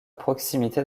proximité